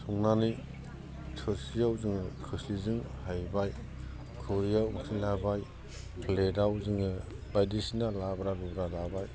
संनानै थोरसियाव जोङो खोरस्लिजों हायबाय खुरैयाव ओंख्रि लाबाय प्लेटाव जोङो बायदिसिना लाब्रा लुब्रा लाबाय